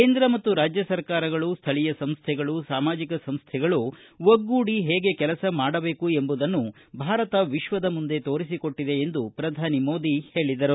ಕೇಂದ್ರ ಮತ್ತು ರಾಜ್ಯ ಸರ್ಕಾರಗಳು ಸ್ವಳೀಯ ಸಂಸ್ವಗಳು ಸಾಮಾಜಿಕ ಸಂಸ್ವೆಗಳು ಒಗ್ಗೂಡಿ ಹೇಗೆ ಕೆಲಸ ಮಾಡಬೇಕೆಂಬುದನ್ನು ಭಾರತ ವಿಶ್ವದ ಮುಂದೆ ತೋರಿಸಿಕೊಟ್ಟದೆ ಎಂದು ಪ್ರಧಾನಿ ನರೇಂದ್ರ ಮೋದಿ ಹೇಳಿದರು